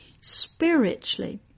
spiritually